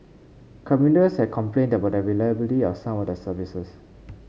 commuters had complained about the reliability of some of the services